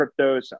cryptos